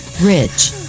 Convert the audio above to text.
Rich